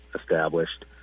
established